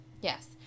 Yes